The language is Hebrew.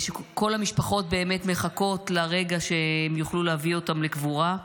כל המשפחות באמת מחכות לרגע שהם יוכלו להביא אותם לקבורה.